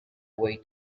way